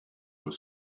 were